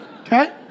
Okay